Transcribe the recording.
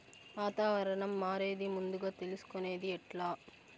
వాతావరణం మారేది ముందుగా తెలుసుకొనేది ఎట్లా?